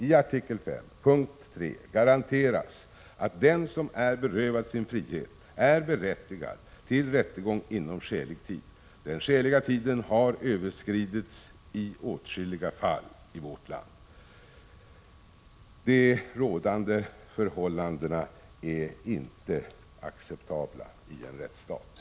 I artikel 5, punkt 3, garanteras att den som är berövad sin frihet är berättigad till rättegång inom skälig tid. Den skäliga tiden har överskridits i åtskilliga fall i vårt land. De rådande förhållandena är inte acceptabla i en rättsstat.